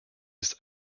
ist